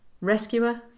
Rescuer